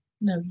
No